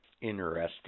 interesting